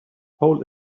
hole